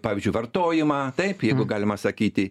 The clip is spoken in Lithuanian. pavyzdžiui vartojimą taip jeigu galima sakyti